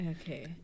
Okay